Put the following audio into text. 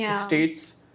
states